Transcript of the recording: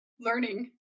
learning